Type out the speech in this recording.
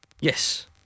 Yes